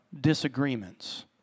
disagreements